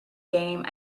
game